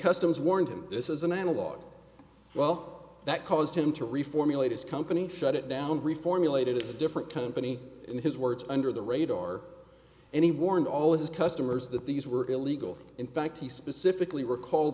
customs warned him this is an analog well that caused him to reformulate his company shut it down reformulated it's a different company in his words under the radar and he warned all of his customers that these were illegal in fact he specifically recall